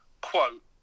quote